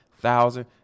thousand